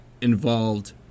involved